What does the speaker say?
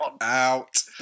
out